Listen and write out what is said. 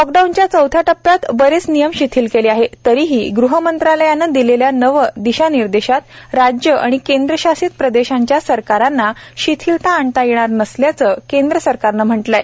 लॉकडाऊनच्या चौथ्या टप्प्यात बरेच नियम शिथिल केले आहेत तरीही ग्रहमंत्रालयानं दिलेल्या नवीन दिशानिर्देशात राज्यं आणि केंद्रशासित प्रदेशांच्या सरकारांना शीथिलता आणता येणार नसल्याचं केंद्र सरकारने म्हटले आहे